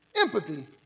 empathy